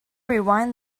rewind